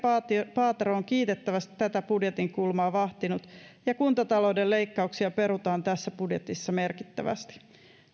paatero on kiitettävästi tätä budjetin kulmaa vahtinut ja kuntatalouden leikkauksia perutaan tässä budjetissa merkittävästi